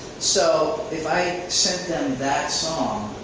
so, if i sent them that song,